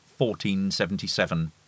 1477